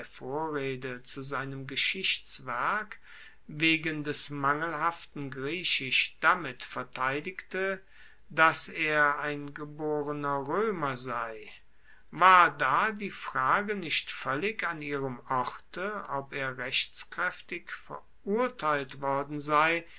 vorrede zu seinem geschichtswerk wegen des mangelhaften griechisch damit verteidigte dass er ein geborener roemer sei war da die frage nicht voellig an ihrem orte ob er rechtskraeftig verurteilt worden sei